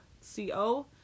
C-O